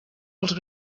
els